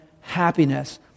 happiness